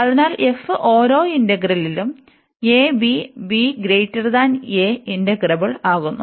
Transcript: അതിനാൽ f ഓരോ ഇന്റഗ്രലിലും a b b a integrable ആകുന്നു